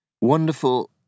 Wonderful